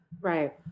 Right